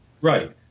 Right